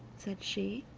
said she